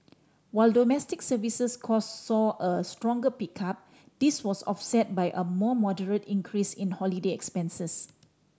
while domestic services cost saw a stronger pickup this was offset by a more moderate increase in holiday expenses